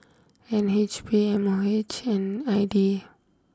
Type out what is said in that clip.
N H B M O H and I D A